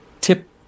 tip